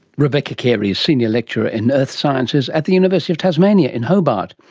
rebecca carey, senior lecturer in earth sciences at the university of tasmania in hobart,